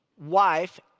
wife